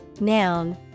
noun